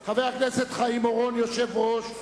בה חבר הכנסת חיים אורון, היושב-ראש,